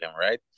right